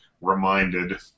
reminded